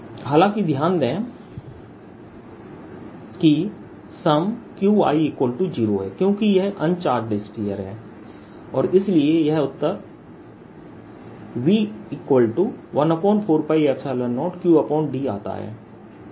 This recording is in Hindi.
14π0QdQi4π0R हालाँकि ध्यान दें कि Qi0 है क्योंकि यह अन्चाज्ड स्फीयर है और इसलिए यह उत्तर V14π0Qd आता है